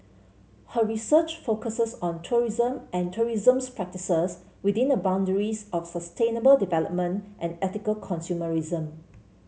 her research focuses on tourism and tourism's practices within the boundaries of sustainable development and ethical consumerism